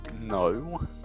No